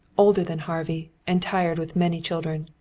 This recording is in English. older than harvey, and tired with many children.